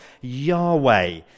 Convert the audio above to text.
Yahweh